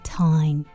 time